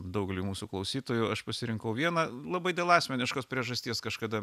daugeliui mūsų klausytojų aš pasirinkau vieną labai dėl asmeniškos priežasties kažkada